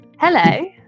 Hello